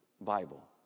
Bible